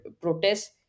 protests